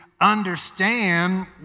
understand